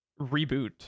reboot